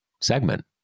segment